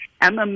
Emma